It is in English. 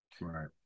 right